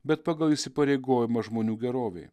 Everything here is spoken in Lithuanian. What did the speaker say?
bet pagal įsipareigojimą žmonių gerovei